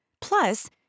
Plus